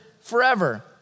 Forever